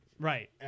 Right